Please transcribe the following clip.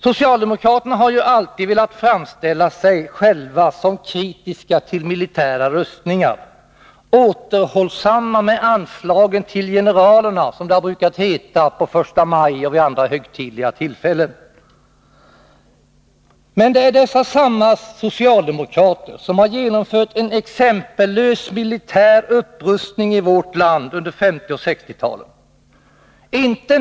Socialdemokraterna har ju alltid velat framställa sig själva som kritiska till militära rustningar, återhållsamma med anslagen till generalerna, som det brukar heta på första maj och vid andra högtidliga tillfällen. Men det är dessa samma socialdemokrater som har genomfört en exempellös militär upprustning i vårt land under 1950 och 1960-talen.